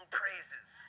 praises